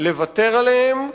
לוותר עליהם,